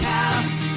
Cast